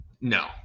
No